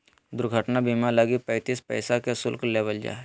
दुर्घटना बीमा लगी पैंतीस पैसा के शुल्क लेबल जा हइ